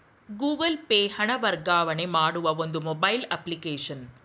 Google Pay ಹಣ ವರ್ಗಾವಣೆ ಮಾಡುವ ಒಂದು ಮೊಬೈಲ್ ಅಪ್ಲಿಕೇಶನ್